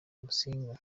musinga